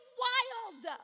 wild